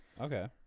Okay